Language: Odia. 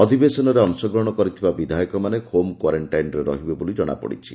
ଅଧିବେଶନରେ ଅଂଶଗ୍ରହଣ କରିଥିବା ବିଧାୟକମାନେ ହୋମ୍ କ୍ୱାରେକ୍କାଇନରେ ରହିବେ ବୋଲି ଜଣାପଡ଼ିଛି